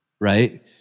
right